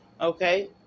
okay